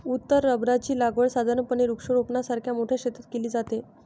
उत्तर रबराची लागवड साधारणपणे वृक्षारोपणासारख्या मोठ्या क्षेत्रात केली जाते